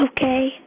Okay